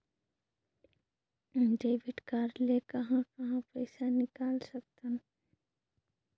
Debit card ले कहां कहां पइसा निकाल सकथन?